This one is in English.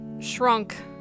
shrunk